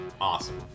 awesome